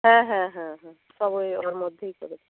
হ্যাঁ হ্যাঁ হ্যাঁ হ্যাঁ সবই ওর মধ্যেই পড়ে